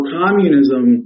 communism